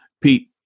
Pete